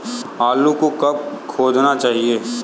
आलू को कब खोदना चाहिए?